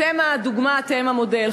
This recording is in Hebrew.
אתם הדוגמה, אתם המודל.